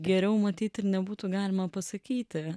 geriau matyt ir nebūtų galima pasakyti